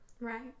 Right